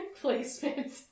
placement